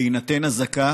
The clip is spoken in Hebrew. בהינתן אזעקה